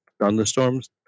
thunderstorms